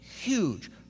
huge